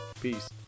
Peace